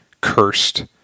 cursed